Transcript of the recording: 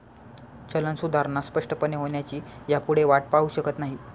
चलन सुधारणा स्पष्टपणे होण्याची ह्यापुढे वाट पाहु शकत नाही